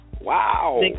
Wow